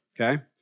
okay